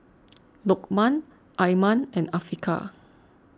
Lokman Iman and Afiqah